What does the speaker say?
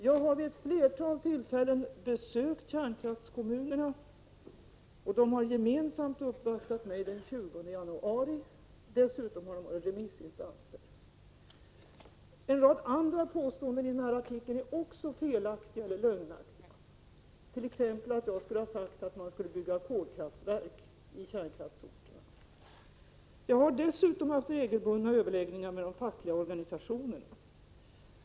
Jag har vid ett flertal tillfällen besökt kärnkraftskommunerna, och de har gemensamt uppvaktat mig den 20 j: nuari. Dessutom har de varit remissinstanser. Också en rad andra påståenden i denna artikel är felaktiga, t.ex. att jag skulle ha sagt att man skulle bygga kolkraftverk på kärnkraftsorterna. Dessutom har jag haft regelbundna överläggningar med de fackliga organisationerna.